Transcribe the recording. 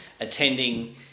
attending